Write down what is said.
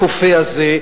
הכופה הזה,